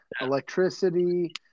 electricity